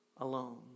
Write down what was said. alone